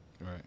Right